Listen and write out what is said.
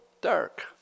dark